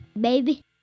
Baby